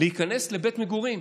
להיכנס לבית מגורים